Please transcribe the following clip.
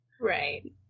right